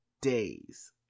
days